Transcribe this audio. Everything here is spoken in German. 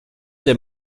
der